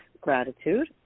gratitude